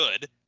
good